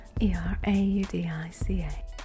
E-R-A-U-D-I-C-A